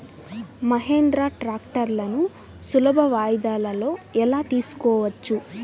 మహీంద్రా ట్రాక్టర్లను సులభ వాయిదాలలో ఎలా తీసుకోవచ్చు?